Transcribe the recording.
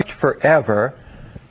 forever